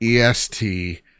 EST